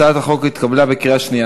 הצעת החוק התקבלה בקריאה שנייה.